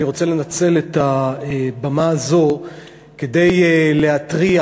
אני רוצה לנצל את הבמה הזאת כדי להתריע